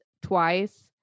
twice